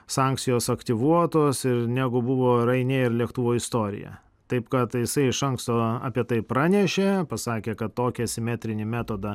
sankcijos aktyvuotos ir negu buvo ryanair lėktuvo istorija taip kad jisai iš anksto apie tai pranešė pasakė kad tokį simetrinį metodą